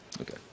Okay